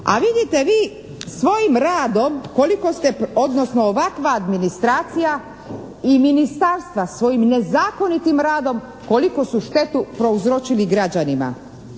A vidite vi svojim radom koliko ste odnosno ovakva administracija i ministarstva svojim nezakonitim radom koliku su štetu prouzročili građanima?